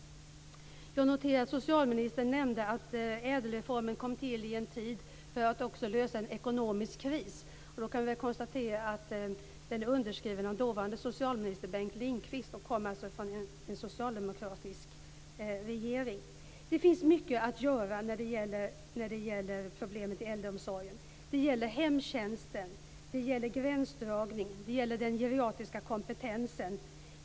Jag noterar att socialministern nämnde att ädelreformen kom till i en tid då man också måste lösa en ekonomisk kris. Då kan vi konstatera att reformen är underskriven av dåvarande socialministern Bengt Lindqvist och alltså kom från en socialdemokratisk regering. Det finns mycket att göra när det gäller problemen i äldreomsorgen. Det gäller hemtjänsten. Det gäller gränsdragning. Det gäller den geriatriska kompetensen.